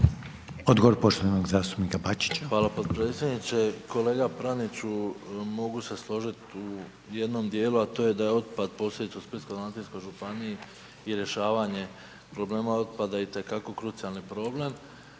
Odgovor poštovanog zastupnika Bačića. **Bačić, Ante (HDZ)** Hvala podpredsjedniče. Kolega Praniću mogu se složit u jednom dijelu, a to je da je otpad .../Govornik se ne razumije./... u Splitsko-dalmatinskoj županiji i rješavanje problema otpada itekako krucijalni problem,